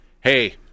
hey